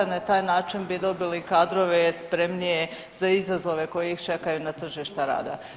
Na taj način bi dobili kadrove spremnije za izazove koji ih čekaju na tržištu rada.